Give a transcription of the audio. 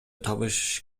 табыш